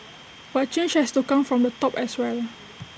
but change has to come from the top as well